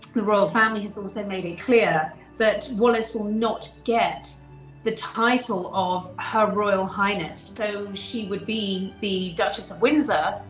the royal family has also made it clear that wallis will not get the title of her royal highness. so she would be the duchess of windsor,